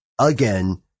Again